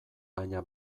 baina